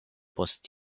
post